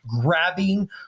grabbing